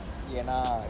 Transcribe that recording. ஏனா:yaenna